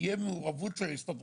בנושא הצעת